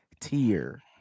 tier